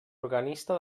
organista